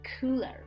cooler